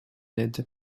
aide